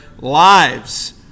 lives